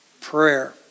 prayer